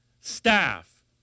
staff